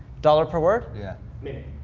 dollar per word? yeah minute.